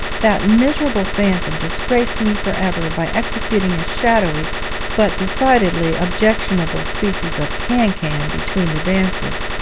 that miserable phantom disgraced me for ever by executing a shadowy but decidedly objectionable species of cancan between the dances!